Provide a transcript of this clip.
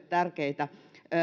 tärkeitä